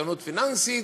איתנות פיננסית,